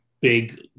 big